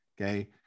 Okay